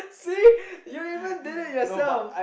see you even did it yourself